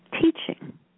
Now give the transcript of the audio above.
teaching